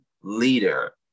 leader